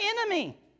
enemy